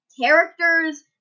characters